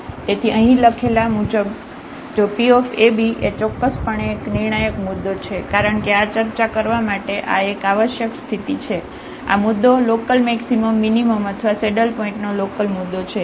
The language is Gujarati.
તેથી અહીં લખેલા મુજબ જો પી ab એ ચોક્કસપણે એક નિર્ણાયક મુદ્દો છે કારણ કે આ ચર્ચા કરવા માટે આ એક આવશ્યક સ્થિતિ છે આ મુદ્દો લોકલમેક્સિમમ મીનીમમ અથવા સેડલ પોઇન્ટનો લોકલમુદ્દો છે